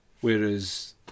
Whereas